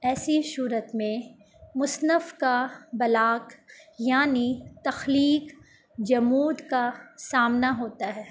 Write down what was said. ایسی صورت میں مصنف کا بلاغ یعنی تخلیق جمود کا سامنا ہوتا ہے